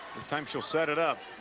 this time, she'll set it up.